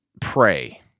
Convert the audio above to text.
pray